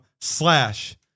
slash